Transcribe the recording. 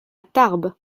tarbes